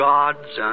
God's